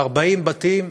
על 40 בתים,